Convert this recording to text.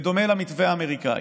בדומה למתווה האמריקאי,